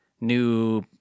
new